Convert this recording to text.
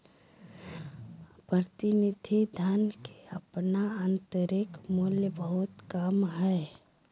प्रतिनिधि धन के अपन आंतरिक मूल्य बहुत कम हइ